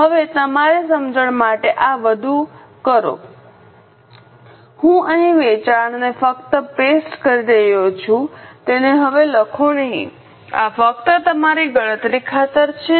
હવે તમારી સમજણ માટે આ બધું કરો હું અહીં વેચાણને ફક્ત પેસ્ટ કરી રહ્યો છું તેને હવે લખો નહીં આ ફક્ત તમારી ગણતરી ખાતર છે